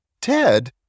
Ted